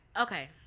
okay